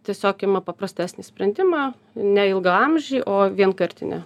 tiesiog ima paprastesnį sprendimą ne ilgaamžį o vienkartinę